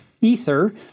Ether